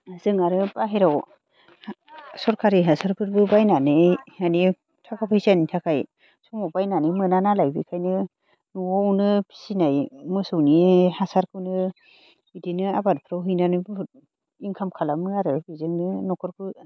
जों आरो बाहेराव सरखारि हासारफोरबो बायनानै माने थाखा फैसानि थाखाय समाव बायनानै मोना नालाय बेखायनो न'आवनो फिसिनाय मोसौनि हासारखौनो इदिनो आबादफ्राव हैनानै बुहुद इनकाम खालामो आरो आरो बेजोंनो न'खरखौ